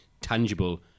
tangible